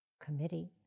committee